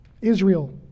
Israel